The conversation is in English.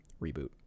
reboot